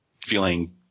feeling